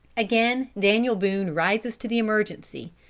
again daniel boone rises to the emergency.